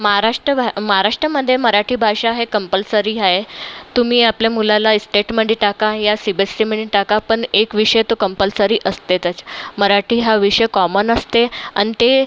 महाराष्ट्र भा महाराष्ट्रामध्ये मराठी भाषा हे कम्पल्सरी आहे तुम्ही आपल्या मुलाला इस्टेटमंडे टाका या सीबेस्सीमणे टाका पण एक विषय तो कम्पल्सरी असतेतच मराठी हा विषय कॉमन असते अन् ते